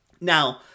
Now